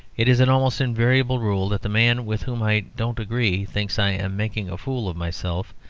it is an almost invariable rule that the man with whom i don't agree thinks i am making a fool of myself,